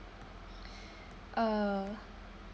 uh